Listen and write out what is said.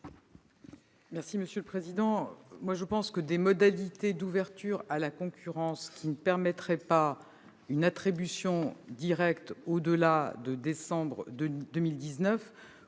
du Gouvernement ? Il me semble que des modalités d'ouverture à la concurrence qui ne permettraient pas une attribution directe au-delà de décembre 2019